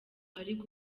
harimo